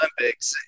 olympics